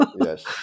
Yes